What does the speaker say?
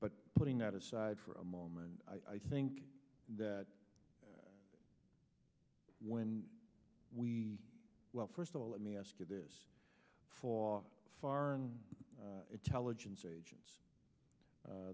but putting that aside for a moment i think that when we well first of all let me ask you this for foreign intelligence agents